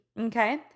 okay